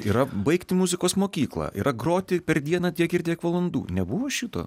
yra baigti muzikos mokyklą yra groti per dieną tiek ir tiek valandų nebuvo šito